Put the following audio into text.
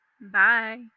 Bye